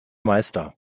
meister